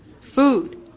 Food